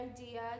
idea